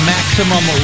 Maximum